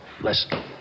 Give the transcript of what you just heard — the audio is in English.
Listen